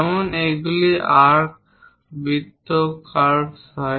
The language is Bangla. যেমন যদি এগুলি আর্ক বৃত্ত কার্ভস হয়